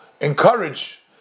encourage